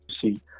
see